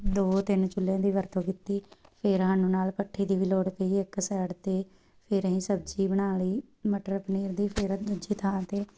ਦੋ ਤਿੰਨ ਚੁੱਲ੍ਹਿਆਂ ਦੀ ਵਰਤੋਂ ਕੀਤੀ ਫੇਰ ਸਾਨੂੰ ਨਾਲ ਭੱਠੀ ਦੀ ਵੀ ਲੋੜ ਪਈ ਇੱਕ ਸਾਈਡ 'ਤੇ ਫਿਰ ਅਸੀਂ ਸਬਜ਼ੀ ਬਣਾ ਲਈ ਮਟਰ ਪਨੀਰ ਦੀ ਫਿਰ ਦੂਜੀ ਥਾਂ 'ਤੇ